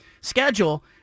schedule